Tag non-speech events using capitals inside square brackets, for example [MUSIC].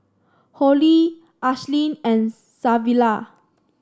Hollie Ashlyn and [NOISE] Savilla